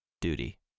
duty